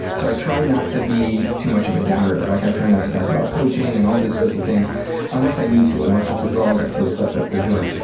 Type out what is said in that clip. so i try not to be too much of a downer. like, i try not to talk about poaching and all these sorts of things unless i need to, unless it's relevant to the stuff that we're doing.